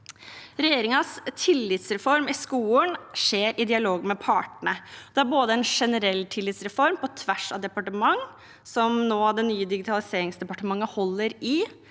Regjeringens tillitsreform i skolen skjer i dialog med partene. Det er både en generell tillitsreform på tvers av departement, som det nye digitaliseringsdepartementet holder i